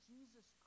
Jesus